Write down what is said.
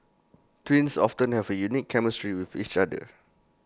twins often have A unique chemistry with each other